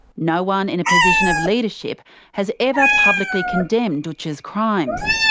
no one in a position of leadership has ever publically condemned dootch's crimes.